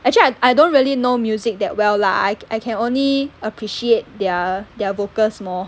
actually I I don't really know music that well lah I ca~ I can only appreciate their their vocals more